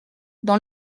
dans